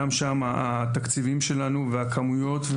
גם שם התקציבים שלנו והכמויות,